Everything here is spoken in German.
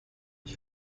ich